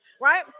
right